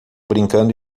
brincando